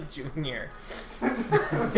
Junior